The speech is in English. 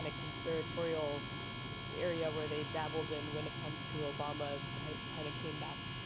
and conspiratorial area where they dabbled in when it comes to obama kind of came back